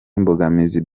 imbogamizi